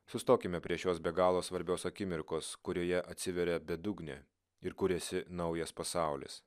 sustokime prie šios be galo svarbios akimirkos kurioje atsiveria bedugnė ir kuriasi naujas pasaulis